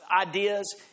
ideas